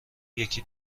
یکی